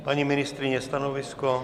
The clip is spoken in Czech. Paní ministryně, stanovisko?